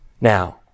Now